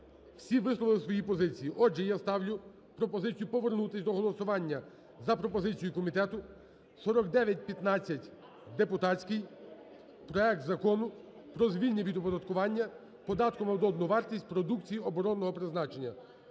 Всі висловили свої пропозиції. Отже, я ставлю пропозицію повернутися до голосування за пропозицією комітету 4915 депутатський проект Закону про звільнення від оподаткування податком на додану вартість продукції оборонного призначення.